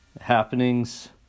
happenings